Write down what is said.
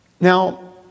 Now